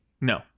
No